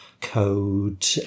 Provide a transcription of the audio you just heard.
Code